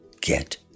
get